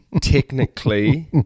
technically